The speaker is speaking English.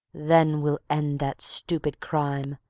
then we'll end that stupid crime,